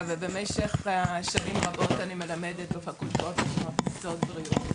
ובמשך שנים רבות אני מלמדת בפקולטות במקצועות הבריאות.